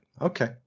Okay